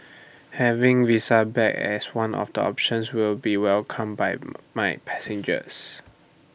having visa back as one of the options will be welcomed by my passengers